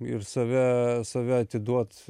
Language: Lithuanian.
ir save save atiduot